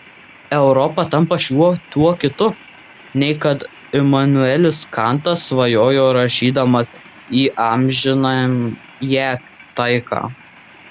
europa tampa šiuo tuo kitu nei kad imanuelis kantas svajojo rašydamas į amžinąją taiką